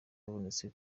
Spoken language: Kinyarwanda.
yabonetse